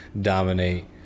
dominate